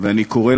ואני קורא לכם: